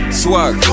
swag